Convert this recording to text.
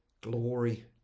Glory